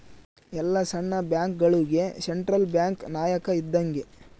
ಎಲ್ಲ ಸಣ್ಣ ಬ್ಯಾಂಕ್ಗಳುಗೆ ಸೆಂಟ್ರಲ್ ಬ್ಯಾಂಕ್ ನಾಯಕ ಇದ್ದಂಗೆ